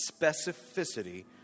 specificity